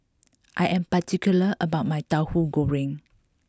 I am particular about my Tauhu Goreng